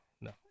No